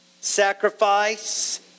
sacrifice